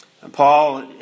Paul